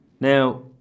Now